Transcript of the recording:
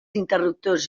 interruptors